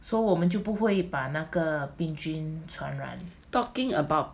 talking about